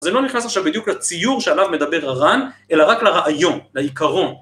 זה לא נכנס עכשיו בדיוק לציור שעליו מדבר הר"ן, אלא רק לרעיון, לעיקרון.